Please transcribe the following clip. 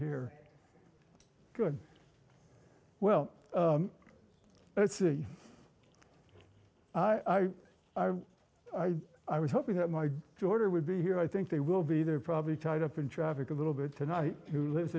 here good well let's see i i i i was hoping that my day to order would be here i think they will be there probably tied up in traffic a little bit tonight who lives